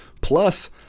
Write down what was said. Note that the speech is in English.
Plus